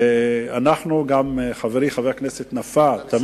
גם חברי, חבר הכנסת נפאע, גם